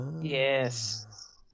Yes